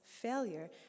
failure